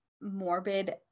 morbid